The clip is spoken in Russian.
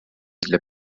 для